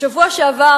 בשבוע שעבר,